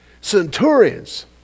centurions